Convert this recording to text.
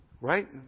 right